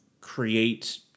create